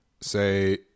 say